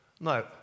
No